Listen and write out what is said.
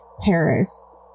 Paris